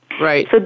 right